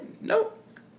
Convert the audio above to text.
Nope